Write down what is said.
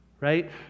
right